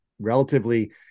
relatively